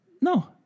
No